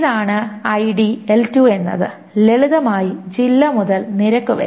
ഇതാണ് ID L2 എന്നത് ലളിതമായി ജില്ല മുതൽ നിരക്ക് വരെ